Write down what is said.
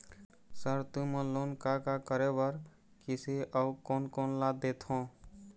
Sir तुमन loan का का करें बर, किसे अउ कोन कोन ला देथों?